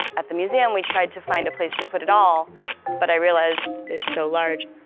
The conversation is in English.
at the museum, we tried to find a place to put it all but i realized it's so large.